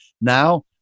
now